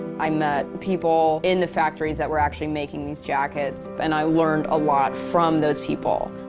i met people in the factories that were actually making these jackets and i learned a lot from those people.